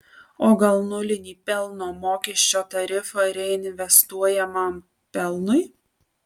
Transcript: o gal nulinį pelno mokesčio tarifą reinvestuojamam pelnui